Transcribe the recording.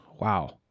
wow